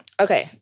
Okay